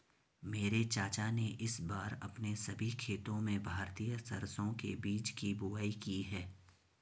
मेरे चाचा ने इस बार अपने सभी खेतों में भारतीय सरसों के बीज की बुवाई की है